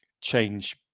change